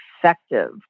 effective